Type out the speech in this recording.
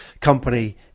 company